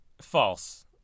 False